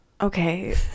okay